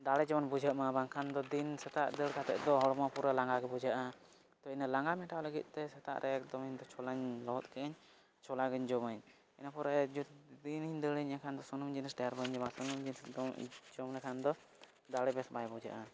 ᱫᱟᱲᱮ ᱡᱮᱢᱚᱱ ᱵᱩᱡᱷᱟᱹᱜᱼᱢᱟ ᱵᱟᱝᱠᱷᱟᱱ ᱫᱚ ᱫᱤᱱ ᱥᱮᱛᱟᱜ ᱫᱟᱹᱲ ᱠᱟᱛᱮᱫ ᱫᱚ ᱦᱚᱲᱢᱚ ᱯᱩᱨᱟᱹ ᱞᱟᱸᱜᱟ ᱜᱮ ᱵᱩᱡᱷᱟᱹᱜᱼᱟ ᱛᱚ ᱤᱱᱟᱹ ᱞᱟᱸᱜᱟ ᱢᱮᱴᱟᱣ ᱞᱟᱹᱜᱤᱫ ᱛᱮ ᱥᱮᱛᱟᱜ ᱨᱮ ᱮᱠᱫᱚᱢ ᱤᱧ ᱫᱚ ᱪᱷᱚᱞᱟᱧ ᱞᱚᱦᱚᱫ ᱠᱟᱜᱼᱟᱹᱧ ᱪᱷᱚᱞᱟ ᱜᱤᱧ ᱡᱚᱢᱟᱹᱧ ᱤᱱᱟᱹ ᱯᱚᱨᱮ ᱫᱤᱱᱤᱧ ᱫᱟᱹᱲᱟᱹᱧ ᱤᱱᱟᱹ ᱠᱷᱟᱱ ᱫᱚ ᱥᱩᱱᱩᱢ ᱡᱤᱱᱤᱥ ᱰᱷᱮᱨ ᱵᱟᱹᱧ ᱡᱚᱢᱟ ᱥᱩᱱᱩᱢ ᱡᱤᱱᱤᱥ ᱫᱚ ᱡᱚᱢ ᱞᱮᱠᱷᱟᱱ ᱫᱚ ᱫᱟᱲᱮ ᱵᱮᱥ ᱵᱟᱭ ᱵᱩᱡᱷᱟᱹᱜᱼᱟ